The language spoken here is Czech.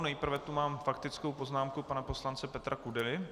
Nejprve tu mám faktickou poznámku pana poslance Petra Kudely.